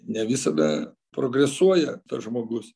ne visada progresuoja tas žmogus